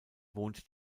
wohnt